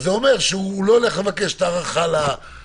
זה אומר שהוא לא הולך לבקש את ההארכה להוראת